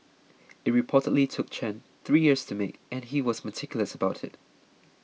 it reportedly took Chen three years to make and he was meticulous about it